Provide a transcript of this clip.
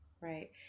Right